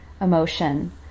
emotion